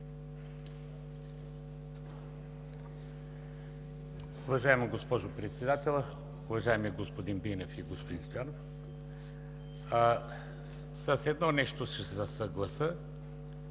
Уважаема госпожо Председател, уважаеми господин Бинев и господин Стоянов! С едно нещо ще се съглася